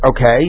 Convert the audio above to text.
Okay